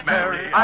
Mary